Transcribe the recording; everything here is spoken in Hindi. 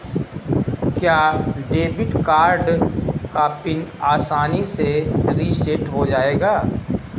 क्या डेबिट कार्ड का पिन आसानी से रीसेट हो जाएगा?